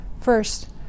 First